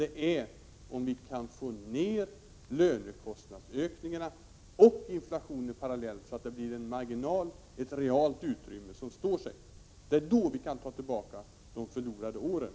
Det är i stället genom en parallell minskning av lönekostnadsstegringarna och inflationen som man får ett realt utrymme som står sig. Det är på det sättet som vi kan ta tillbaka de förlorade åren.